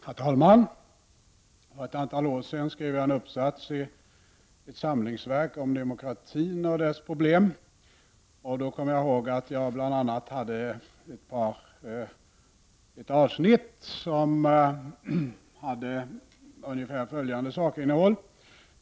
Herr talman! För ett antal år sedan skrev jag en uppsats i ett samlingsverk om demokratin och dess problem, och jag hade bl.a. ett avsnitt med ungefär följande sakinnehåll.